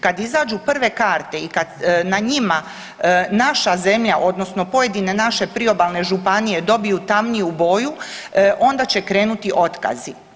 Kad izađu prve karte i kad na njima naša zemlja odnosno pojedine naše priobalne županije dobiju tamniju boju, onda će krenuti otkazi.